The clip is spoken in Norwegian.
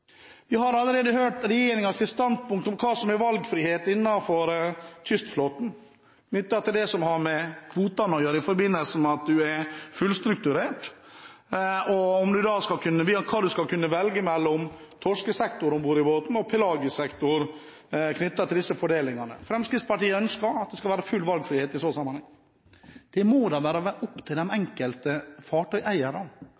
valgfrihet innenfor kystflåten, knyttet til det som har med kvotene å gjøre, i forbindelse med at man er fullstrukturert og skal kunne velge mellom torskesektor om bord i båten eller pelagisk sektor når det gjelder disse fordelingene. Fremskrittspartiet ønsker at det skal være full valgfrihet i den sammenhengen. Det må være opp til